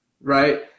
right